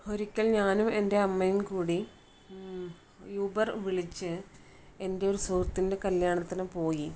ഒരിക്കൽ ഞാനും എൻ്റെ അമ്മയും കൂടി ഊബർ വിളിച്ച് എൻ്റെ ഒരു സുഹൃത്തിൻ്റെ കല്യാണത്തിന് പോയി